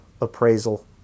appraisal